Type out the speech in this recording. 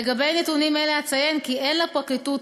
לגבי נתונים אלה אציין כי אין לפרקליטות